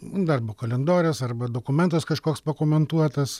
darbo kalendorius arba dokumentas kažkoks pakomentuotas